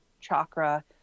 chakra